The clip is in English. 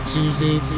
Tuesday